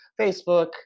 facebook